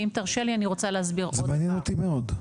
ואם תרשה לי אני רוצה להסביר --- זה מעניין אותי מאוד.